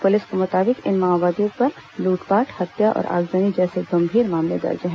police के मुताबिक इन माओवादियों पर लूटपाट हत्या और आगजनी जैसे गंभीर मामले दर्ज हैं